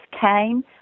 came